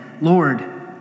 Lord